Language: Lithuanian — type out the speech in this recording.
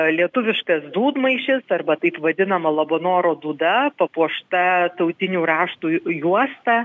lietuviškas dūdmaišis arba taip vadinama labanoro dūda papuošta tautinių raštų juosta